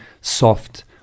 soft